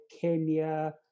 Kenya